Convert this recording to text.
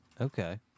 Okay